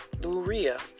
Luria